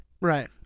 Right